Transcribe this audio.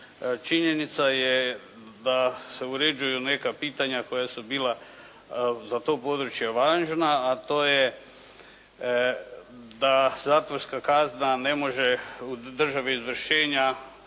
činjenica je da se uređuju neka pitanja koja su bila za to područje važna a to je da zatvorska kazna ne može u državi izvršena